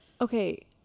Okay